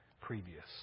previous